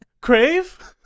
Crave